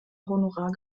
honorar